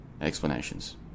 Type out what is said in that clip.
explanations